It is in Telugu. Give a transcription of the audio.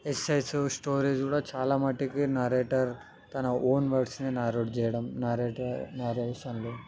ఎస్సైస్ స్టోరీస్ కూడా చాలా మటుకు నరేటర్ తన ఓన్ వర్డ్స్ని నరేట్ చేయడం నరేటర్ నరేషన్లో